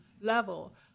level